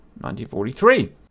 1943